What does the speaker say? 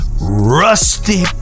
rusty